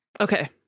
Okay